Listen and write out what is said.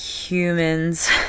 humans